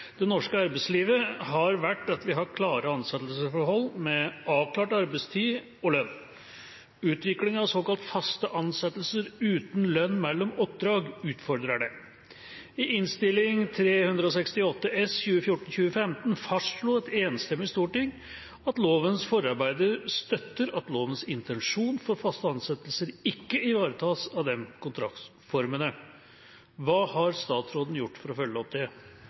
lønn. Utviklingen av såkalte faste ansettelser uten lønn mellom oppdrag utfordrer dette. I Innst. 368 S fastslo et enstemmig storting at lovens forarbeider støtter at lovens intensjon for faste ansettelser ikke ivaretas av disse kontraktsformene. Hva har statsråden gjort for å følge opp